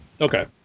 okay